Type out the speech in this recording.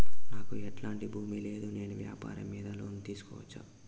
నాకు ఎట్లాంటి భూమి లేదు నేను వ్యాపారం మీద లోను తీసుకోవచ్చా?